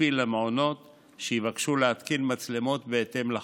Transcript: כספי למעונות שיבקשו להתקין מצלמות בהתאם לחוק.